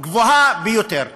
גבוהה ביותר.